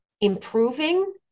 improving